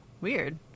Weird